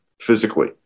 physically